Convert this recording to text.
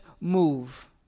move